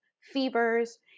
fevers